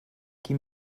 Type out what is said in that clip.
qui